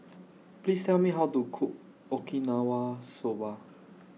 Please Tell Me How to Cook Okinawa Soba